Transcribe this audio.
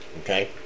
Okay